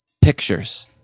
pictures